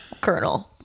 Colonel